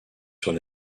sur